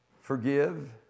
Forgive